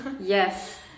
yes